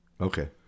Okay